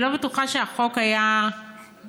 אני לא בטוחה שהחוק היה פותר,